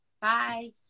Bye